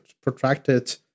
protracted